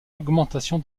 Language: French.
augmentation